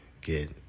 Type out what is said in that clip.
get